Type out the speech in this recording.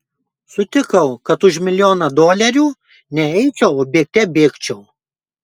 sutikau kad už milijoną dolerių ne eičiau o bėgte bėgčiau